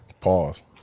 Pause